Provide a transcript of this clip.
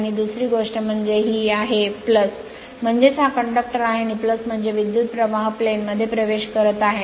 आणि दुसरी गोष्ट म्हणजे ही आहे म्हणजेच हा कंडक्टर आहे आणि म्हणजे विद्युत प्रवाह प्लेन मध्ये प्रवेश करत आहे